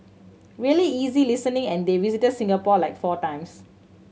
really easy listening and they visited Singapore like four times